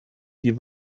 die